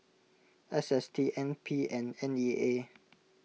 S S T N P and N E A